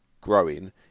growing